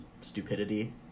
stupidity